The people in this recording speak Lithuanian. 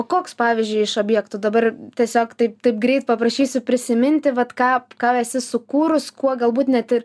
o koks pavyzdžiui iš objektų dabar tiesiog taip taip greit paprašysiu prisiminti vat ką ką esi sukūrus kuo galbūt net ir